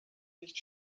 nicht